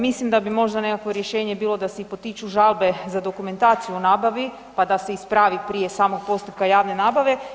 Mislim da bi možda nekakvo rješenje bilo da se i potiču žalbe za dokumentaciju o nabavi, pa da se ispravi prije samog postupka javne nabave.